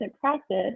practice